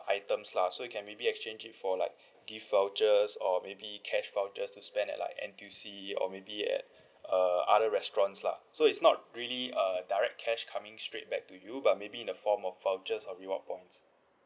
items lah so you can maybe exchange it for like gift vouchers or maybe cash vouchers to spend at like N_T_U_C or maybe at uh other restaurants lah so it's not really uh direct cash coming straight back to you but maybe in the form of vouchers or reward points